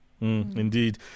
Indeed